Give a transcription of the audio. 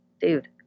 dude